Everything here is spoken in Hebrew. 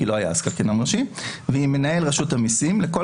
כי לא היה אז כלכלן ראשי - ועם מנהל רשות המיסים לכל